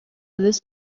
this